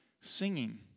singing